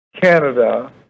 Canada